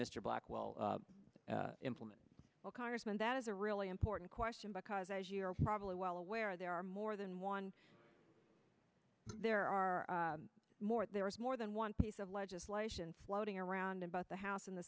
mr blackwell implement well congressman that is a really important question because as you're probably well aware there are more than one there are more there is more than one piece of legislation floating around in both the house and the